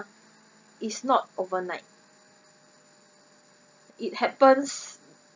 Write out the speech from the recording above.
is not overnight it happens